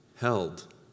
held